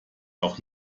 auch